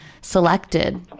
selected